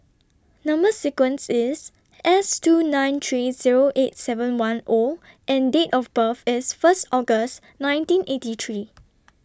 Number sequence IS S two nine three Zero eight seven one O and Date of birth IS First August nineteen eighty three